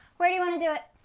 where do you want to do it?